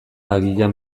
agian